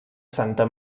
santa